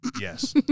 Yes